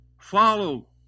Follow